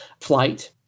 flight